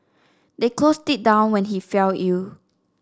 they closed it down when he fell ill